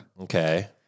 Okay